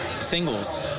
singles